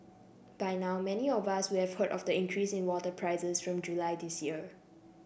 by now many of us would have heard of the increase in water prices from July this year